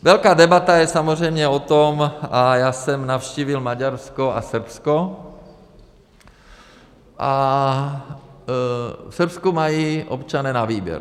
Velká debata je samozřejmě o tom já jsem navštívil Maďarsko a Srbsko a v Srbsku mají občané na výběr.